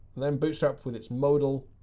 and then bootstrap with its modal.